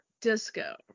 disco